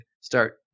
start